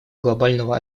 глобального